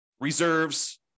reserves